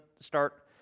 start